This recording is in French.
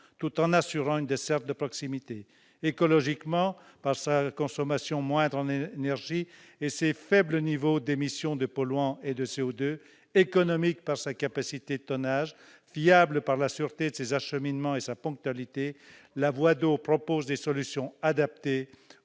tout en assurant une desserte de proximité. Écologique par sa moindre consommation d'énergie et ses faibles niveaux d'émission de polluants et de CO2, économique par sa capacité de tonnage, fiable par la sûreté de ses acheminements et sa ponctualité, la voie d'eau propose des solutions adaptées